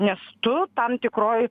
nes tu tam tikroj